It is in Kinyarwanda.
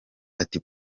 ati